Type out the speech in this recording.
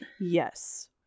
Yes